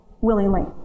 willingly